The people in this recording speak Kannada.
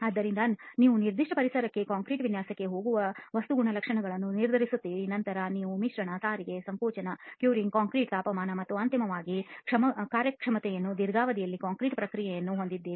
ಆದ್ದರಿಂದ ನೀವು ನಿರ್ದಿಷ್ಟ ಪರಿಸರಕ್ಕೆ ಕಾಂಕ್ರೀಟ್ ವಿನ್ಯಾಸಕ್ಕೆ ಹೋಗುವ ವಸ್ತು ಗುಣಲಕ್ಷಣಗಳನ್ನು ನಿರ್ಧರಿಸುತ್ತಿದ್ದೀರಿ ನಂತರ ನೀವು ಮಿಶ್ರಣ ಸಾರಿಗೆ ಸಂಕೋಚನ ಕ್ಯೂರಿಂಗ್ಕಾಂಕ್ರೀಟ್ನ ತಾಪಮಾನ ಮತ್ತು ಅಂತಿಮವಾಗಿ ಕಾರ್ಯಕ್ಷಮತೆಯನ್ನು ದೀರ್ಘಾವಧಿಯಲ್ಲಿ ಕಾಂಕ್ರೀಟ್ ಪ್ರಕ್ರಿಯೆಯನ್ನು ಹೊಂದಿದ್ದೀರಿ